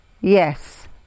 yes